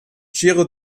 giro